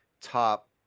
top